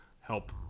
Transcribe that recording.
help